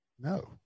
No